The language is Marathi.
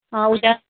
उद्या